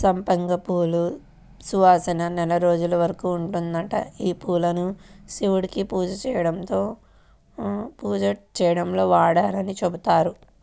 సంపెంగ పూల సువాసన నెల రోజుల వరకు ఉంటదంట, యీ పూలను శివుడికి పూజ చేయడంలో వాడరని చెబుతారు